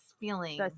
feeling